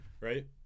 Right